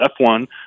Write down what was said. f1